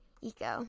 eco